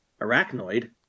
Arachnoid